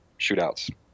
shootouts